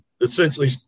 essentially